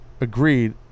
Agreed